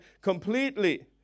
completely